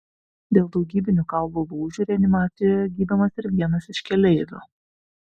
dėl daugybinių kaulų lūžių reanimacijoje gydomas ir vienas iš keleivių